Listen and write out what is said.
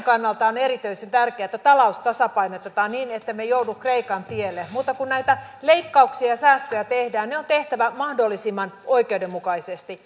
kannalta on erityisen tärkeää että talous tasapainotetaan niin niin ettemme joudu kreikan tielle mutta kun näitä leikkauksia ja säästöjä tehdään ne on tehtävä mahdollisimman oikeudenmukaisesti